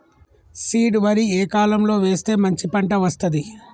Seed వరి ఏ కాలం లో వేస్తే మంచి పంట వస్తది?